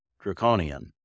draconian